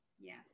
yes